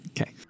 Okay